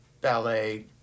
ballet